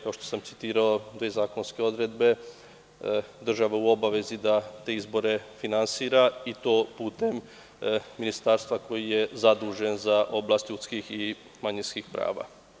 Kao što sam citirao dve zakonske odredbe, država je u obavezi da izbore finansira, i to putem ministarstva koje je zaduženo za oblast ljudskih i manjinskih prava.